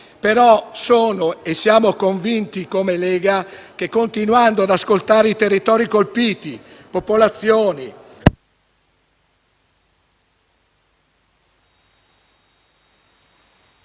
però siamo convinti come Lega che, continuando ad ascoltare i territori colpiti, le popolazioni,